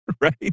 Right